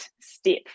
step